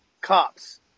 cops